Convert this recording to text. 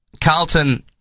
Carlton